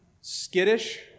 skittish